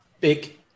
big